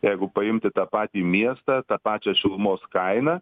jeigu paimti tą patį miestą tą pačią šilumos kainą